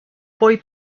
boy